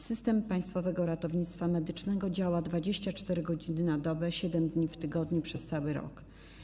System Państwowego Ratownictwa Medycznego działa 24 godziny na dobę, 7 dni w tygodniu, przez cały rok.